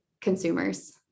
consumers